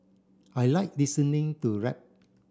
I like listening to rap